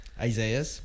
Isaiah